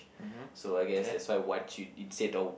so I guess that's why what you did instead of